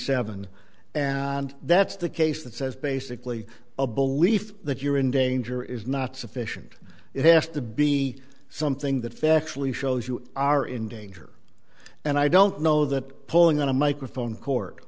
seven and that's the case that says basically a belief that you're in danger is not sufficient it has to be something that factually shows you are in danger and i don't know that pulling on a microphone court